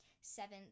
seventh